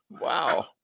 Wow